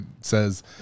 says